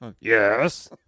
Yes